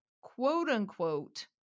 quote-unquote